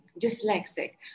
dyslexic